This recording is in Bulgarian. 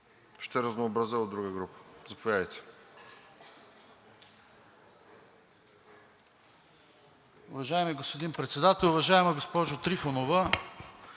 ще разнообразя от друга група, заповядайте.